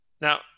now